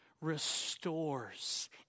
restores